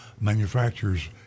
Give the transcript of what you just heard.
manufacturers